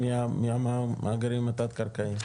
מהמאגרים התת-קרקעיים.